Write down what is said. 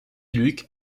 luke